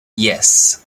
yes